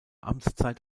amtszeit